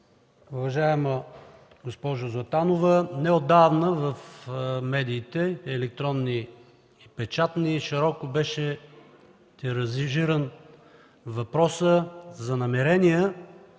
Уважаема госпожо Златанова! Неотдавна в медиите – електронни и печатни, широко беше тиражиран въпросът за намерения